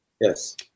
Yes